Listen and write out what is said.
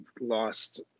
lost